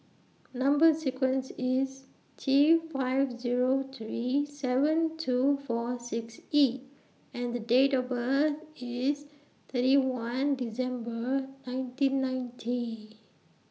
Number sequence IS T five Zero three seven two four six E and The Date of birth IS thirty one December nineteen ninety